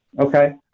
Okay